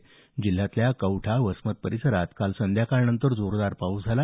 हिंगोली जिल्ह्यातल्या कौठा वसमत परिसरात काल संध्याकाळनंतर जोरदार पाऊस झाला